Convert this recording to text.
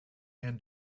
and